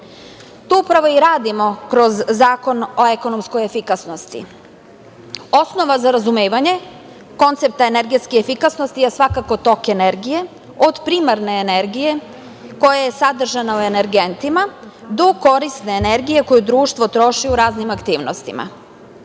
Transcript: To upravo i radimo kroz Zakon o ekonomskoj efikasnosti. Osnova za razumevanje koncepta energetske efikasnosti je svakako tok energije, od primarne energije koja je sadržana u energentima do korisne energije koju društvo troši u raznim aktivnostima. Energetska